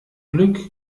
glück